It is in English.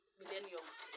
millennials